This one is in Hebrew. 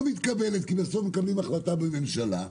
מתקבלת כי בסוף מקבלים החלטה בממשלה.